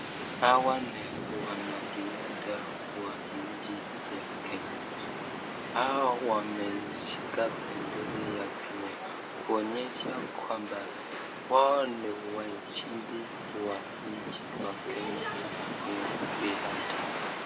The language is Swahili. Hawa ni wanariadha wa nchi ya Kenya, hawa wameshika bendera ya nchi ya Kenya, kuonyesha kwamba wao ni washindi wa nchi ya Kenya kwenye riadha.